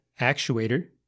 actuator